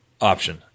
option